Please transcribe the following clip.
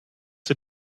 der